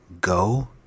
go